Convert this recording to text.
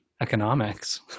economics